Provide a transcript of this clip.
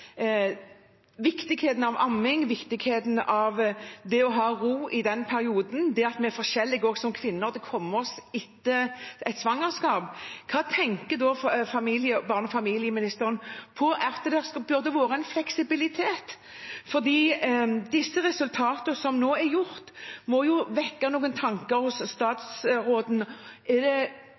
viktigheten av amming og det å ha ro i den perioden for øye – kvinner er forskjellige når det gjelder å komme seg etter et svangerskap – hva tenker da barne- og familieministeren om at det burde vært fleksibilitet? De resultatene som nå har kommet, må jo vekke noen tanker hos statsråden.